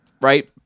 right